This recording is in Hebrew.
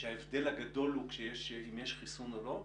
כשההבדל הגדול הוא אם יש חיסון או לא.